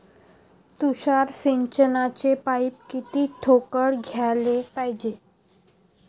तुषार सिंचनाचे पाइप किती ठोकळ घ्याले पायजे?